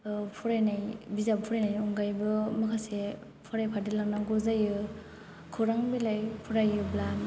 फरायनाय बिजाब फरायनायनि अनगायैबो माखासे फरायफादेरलांनांगौ जायो खौरां बिलाइ फरायोब्ला